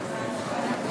במליאה,